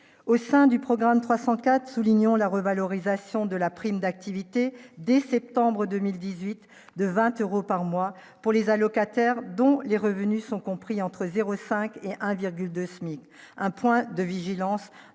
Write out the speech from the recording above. au sein du programme 304, soulignons la revalorisation de la prime d'activité dès septembre 2018 de 20 euros par mois pour les allocataires, dont les revenus sont compris entre 0 5 et 1,2 SMIC un point de vigilance